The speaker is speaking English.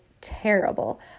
terrible